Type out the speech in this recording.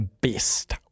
best